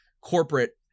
corporate